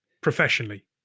professionally